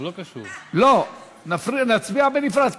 לא, נצביע בנפרד.